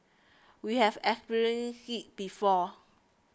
we have experienced it before